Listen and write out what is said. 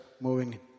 moving